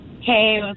Hey